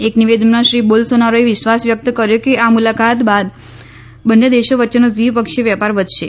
એક નિવેદનમાં શ્રી બોલ સોનારોએ વિશ્વાસ વ્યક્ત કર્યો કે આ મુલાકાત બાદ બંને દેશો વચ્ચેનો દ્વિપક્ષીય વેપાર વધશે